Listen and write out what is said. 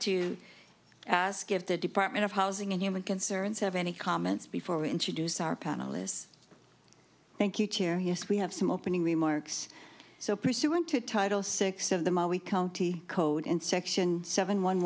to ask if the department of housing and human concerns have any comments before we introduce our panelists thank you chair yes we have some opening remarks so pursuant to title six of the my we county code in section seven one